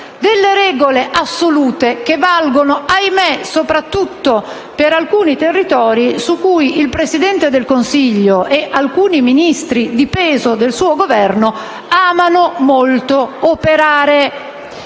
delle regole assolute, che valgono - ahimè - soprattutto per alcuni territori, su cui il Presidente del Consiglio e alcuni Ministri "di peso" del suo Governo amano molto operare.